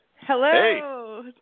Hello